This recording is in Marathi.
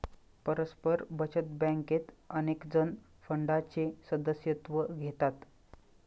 परस्पर बचत बँकेत अनेकजण फंडाचे सदस्यत्व घेतात